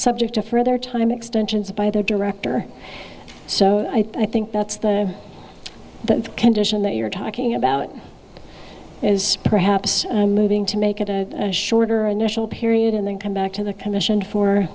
subject to further time extensions by their director so i think that's the condition that you're talking about is perhaps moving to make it a shorter initial period and then come back to the commission for